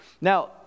Now